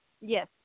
Yes